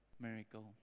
miracle